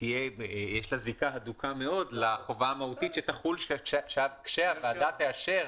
יש לה זיקה הדוקה מאוד לחובה המהותית שתחול כשהוועדה תאשר,